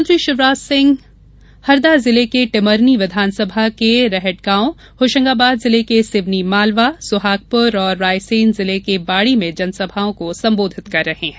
मुख्यमंत्री शिवराज सिंह हरदा जिले के टिमरनी विधानसभा के रहटगॉव होशंगाबाद जिले के सिवनी मालवा सुहागपुर और रायसेन जिले के बाडी में जनसभा को संबोधित कर रहे हैं